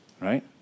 right